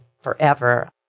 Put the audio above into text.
forever